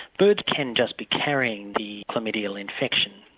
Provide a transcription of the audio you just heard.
birds can just be carrying the chlamydial infection.